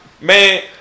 Man